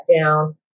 down